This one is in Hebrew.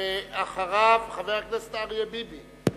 ואחריו, חבר הכנסת אריה ביבי.